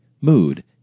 mood